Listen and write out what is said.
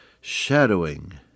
shadowing